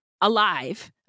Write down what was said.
alive